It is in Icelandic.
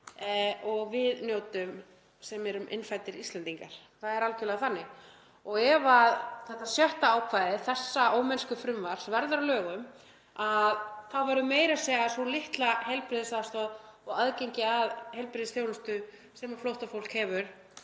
og við njótum sem erum innfæddir Íslendingar. Það er algerlega þannig. Og ef þetta 6. ákvæði þessa ómennskufrumvarps verður að lögum þá verður meira að segja sú litla heilbrigðisaðstoð, og aðgengi að heilbrigðisþjónustu, sem flóttafólk hefur